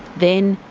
then,